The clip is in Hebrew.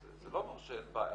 אז זה לא אומר שאין בעיה,